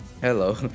Hello